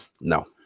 No